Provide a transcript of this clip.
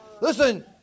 Listen